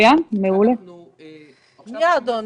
השאלה,